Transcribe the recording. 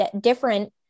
different